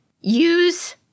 Use